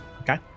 Okay